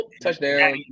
touchdown